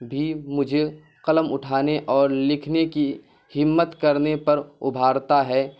بھی مجھے قلم اٹھانے اور لکھنے کی ہمت کرنے پر ابھارتا ہے